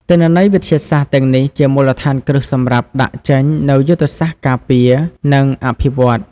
ទិន្នន័យវិទ្យាសាស្ត្រទាំងនេះជាមូលដ្ឋានគ្រឹះសម្រាប់ដាក់ចេញនូវយុទ្ធសាស្ត្រការពារ និងអភិវឌ្ឍន៍។